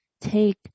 take